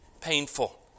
painful